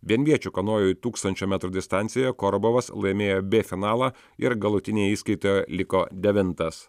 vienviečių kanojų tūkstančio metrų distancijoje korobavas laimėjo bė finalą ir galutinėj įskaitoje liko devintas